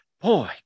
boy